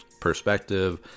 perspective